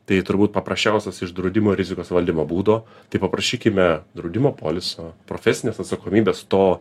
tai turbūt paprasčiausias iš draudimo rizikos valdymo būdo tai paprašykime draudimo poliso profesinės atsakomybės to